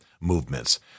movements